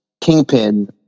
Kingpin